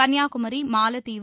கன்னியாகுமரி மாலத்தீவு